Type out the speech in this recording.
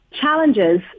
challenges